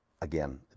again